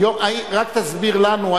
רק תסביר לנו,